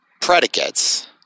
predicates